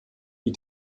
die